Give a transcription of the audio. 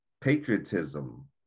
Patriotism